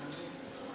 סלימאן.